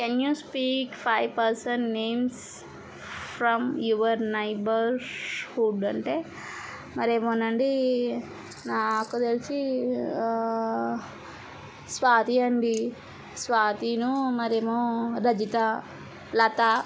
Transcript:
can you speak five person names from your neighbourhood అంటే మరేమోనండీ నాకు తెలిసి స్వాతి అండి స్వాతినూ మరేమో రజిత లత